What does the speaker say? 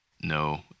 No